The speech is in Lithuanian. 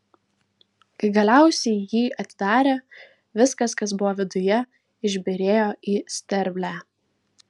kai galiausiai jį atidarė viskas kas buvo viduje išbyrėjo į sterblę